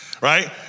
right